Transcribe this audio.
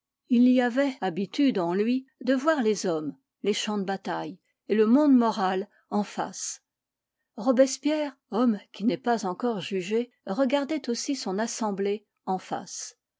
il y avait habitude en lui de voir les hommes les champs de bataille et le monde moral en face robespierre homme qui n'est pas encore jugé regardait aussi son assemblée en face